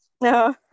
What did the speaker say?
No